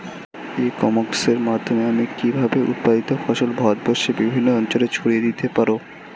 ই কমার্সের মাধ্যমে আমি কিভাবে উৎপাদিত ফসল ভারতবর্ষে বিভিন্ন অঞ্চলে ছড়িয়ে দিতে পারো?